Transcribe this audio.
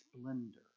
splendor